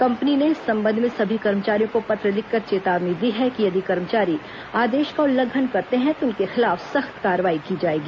company ने इस संबंध में सभी कर्मचारियों को पत्र लिखकर चेतावनी दी है कि यदि कर्मचारी आदेश का उल्लंघन करते हैं तो उनके खिलाफ सख्त कार्रवाई की जाएगी